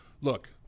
look